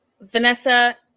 Vanessa